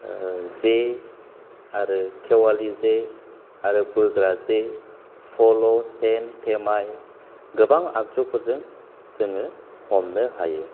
जे आरो खेवालि जे आरो बोग्रा जे फल' सेन थेमाय गोबां आगजुफोरजों जोङो हमनो हायो